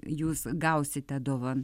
jūs gausite dovan